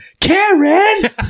Karen